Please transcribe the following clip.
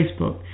Facebook